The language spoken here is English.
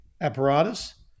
apparatus